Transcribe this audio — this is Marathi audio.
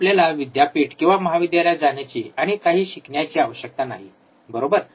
आपल्याला विद्यापीठ किंवा महाविद्यालयात जाण्याची आणि काही शिकण्याची आवश्यकता नाही बरोबर